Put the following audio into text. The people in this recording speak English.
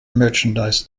merchandise